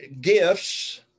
gifts